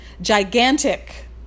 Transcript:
gigantic